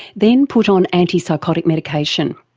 then put on anti-psychotic medication.